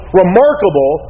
remarkable